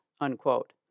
unquote